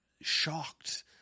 shocked